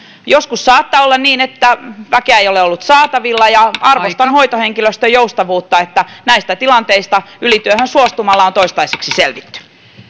joskus saattaa olla niin että väkeä ei ole ollut saatavilla ja arvostan hoitohenkilöstön joustavuutta että näistä tilanteista ylityöhön suostumalla on toistaiseksi selvitty